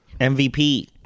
MVP